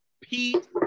Pete